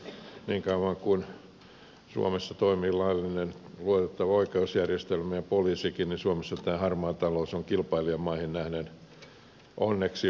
niin kauan kuin suomessa toimii laillinen luotettava oikeusjärjestelmä ja poliisikin niin suomessa tämä harmaa talous on kilpailijamaihin nähden onneksi vaatimatonta